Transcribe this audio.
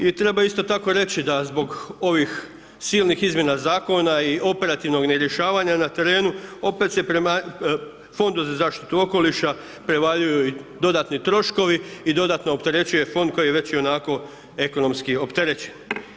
I treba isto tako reći, da zbog ovih silnih izmjena zakona i operativnog nerješavanja na terenu, opet se prema Fondu za zaštitu okoliša prevaljuju dodatni troškovi i dodatno opterećuje fond, koji je već ionako ekonomski opterećen.